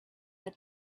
that